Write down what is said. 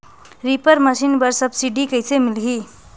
Reaper machine बर subsidy कइसे मिलही?